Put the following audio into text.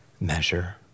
measure